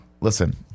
listen